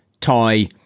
tie